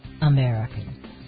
American